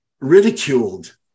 ridiculed